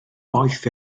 boeth